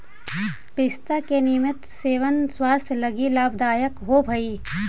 पिस्ता के नियमित सेवन स्वास्थ्य लगी लाभदायक होवऽ हई